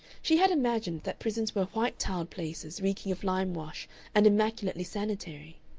she had imagined that prisons were white-tiled places, reeking of lime-wash and immaculately sanitary.